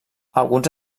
alguns